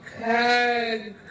Okay